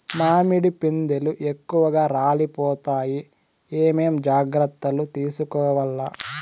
మామిడి పిందెలు ఎక్కువగా రాలిపోతాయి ఏమేం జాగ్రత్తలు తీసుకోవల్ల?